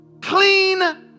clean